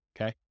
okay